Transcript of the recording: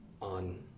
on